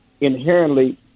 inherently